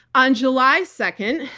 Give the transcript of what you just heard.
on july second,